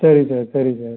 சரி சார் சரி சார்